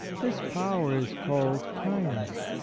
this power is called kindness.